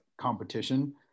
competition